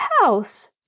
house